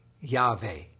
Yahweh